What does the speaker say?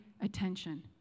attention